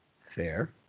Fair